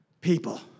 people